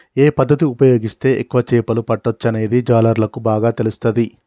ఏ పద్దతి ఉపయోగిస్తే ఎక్కువ చేపలు పట్టొచ్చనేది జాలర్లకు బాగా తెలుస్తది